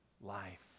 life